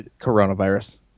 Coronavirus